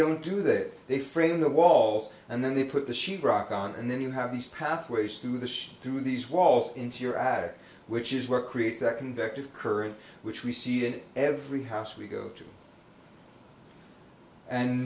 don't do that they frame the walls and then they put the sheet rock on and then you have these pathways through the through these walls into your attic which is where creates that convective current which we see in every house we go to and